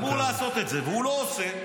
אמור לעשות את זה והוא לא עושה,